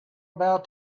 about